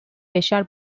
beşer